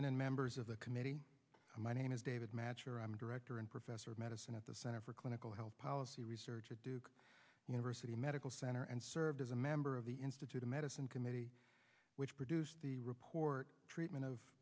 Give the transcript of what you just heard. and members of the committee my name is david director and professor of medicine at the center for clinical health policy research at duke university medical center and served as a member of the institute of medicine committee which produced the report treatment of